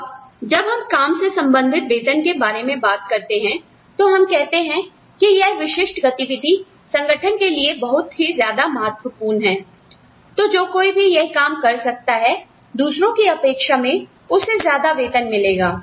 अब जब हम काम से संबंधित वेतन के बारे में बात करते हैं तो हम कहते हैं कि यह विशिष्ट गति विधि संगठन के लिए बहुत ही ज्यादा महत्वपूर्ण है तो जो कोई भी यह काम कर सकता है दूसरों की अपेक्षा में उसे ज्यादा वेतन मिलेगा